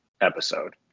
episode